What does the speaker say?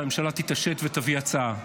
שהממשלה תתעשת ותביא הצעה.